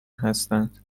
هستند